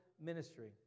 ministry